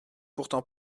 pourtant